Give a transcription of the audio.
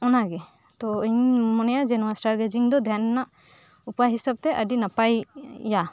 ᱚᱱᱟᱜᱮ ᱛᱳ ᱤᱧ ᱢᱚᱱᱮᱭᱟ ᱡᱮ ᱱᱚᱣᱟ ᱥᱴᱟᱨ ᱜᱮᱡᱤᱝ ᱫᱚ ᱫᱷᱭᱮᱱ ᱨᱮᱱᱟᱜ ᱩᱯᱟᱭ ᱦᱤᱥᱟᱹᱵ ᱛᱮ ᱟᱹᱰᱤ ᱱᱟᱯᱟᱭᱟ